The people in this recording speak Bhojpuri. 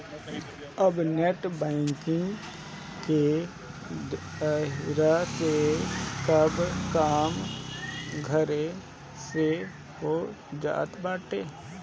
अब नेट बैंकिंग के जरिया से सब काम घरे से हो जात बाटे